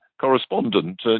correspondent